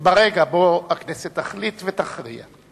ברגע בו הכנסת תחליט ותכריע.